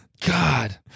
God